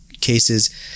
cases